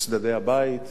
צדדי הבית,